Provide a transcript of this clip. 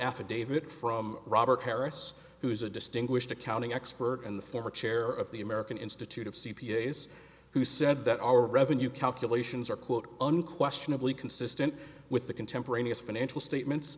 affidavit from robert harris who is a distinguished accounting expert and the former chair of the american institute of c p a s who said that our revenue calculations are quote unquestionably consistent with the contemporaneous financial statements